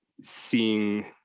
seeing